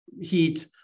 heat